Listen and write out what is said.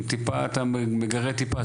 אתה מגרד טיפה,